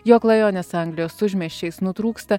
jo klajonės anglijos užmiesčiais nutrūksta